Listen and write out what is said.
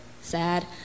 sad